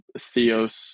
Theos